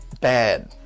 bad